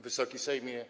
Wysoki Sejmie!